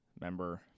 member